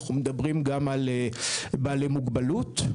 אנחנו מדברים גם על בעלי מוגבלות.